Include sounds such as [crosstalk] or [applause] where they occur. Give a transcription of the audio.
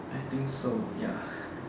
I think so ya [breath]